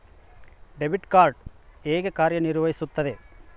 Debit card ಹೇಗೆ ಕಾರ್ಯನಿರ್ವಹಿಸುತ್ತದೆ?